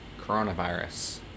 coronavirus